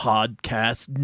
Podcast